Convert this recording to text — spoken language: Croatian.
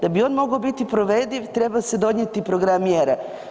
Da bi on mogao biti provediv, treba se donijeti program mjera.